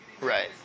right